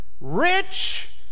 rich